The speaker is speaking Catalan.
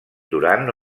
durant